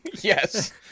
Yes